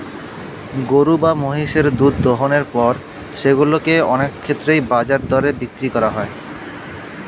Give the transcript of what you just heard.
গরু বা মহিষের দুধ দোহনের পর সেগুলো কে অনেক ক্ষেত্রেই বাজার দরে বিক্রি করা হয়